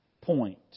point